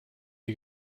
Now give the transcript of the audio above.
die